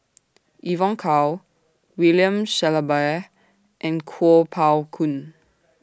Evon Kow William Shellabear and Kuo Pao Kun